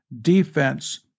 defense